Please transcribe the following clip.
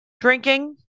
drinking